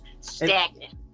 Stagnant